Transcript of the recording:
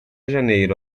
janeiro